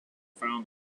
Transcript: found